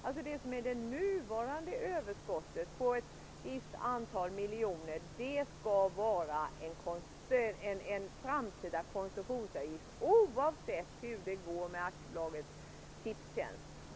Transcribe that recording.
Det innebär att det nuvarande överskottet, som omfattar ett visst antal miljoner, skall vara en framtida koncessionsavgift, oavsett hur det går med Aktiebolaget Tipstjänst.